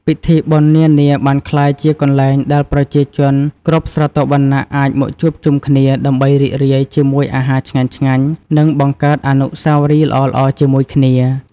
ពិធីបុណ្យនានាបានក្លាយជាកន្លែងដែលប្រជាជនគ្រប់ស្រទាប់វណ្ណៈអាចមកជួបជុំគ្នា ដើម្បីរីករាយជាមួយអាហារឆ្ងាញ់ៗ និងបង្កើតអនុស្សាវរីយ៍ល្អៗជាមួយគ្នា។